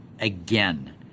again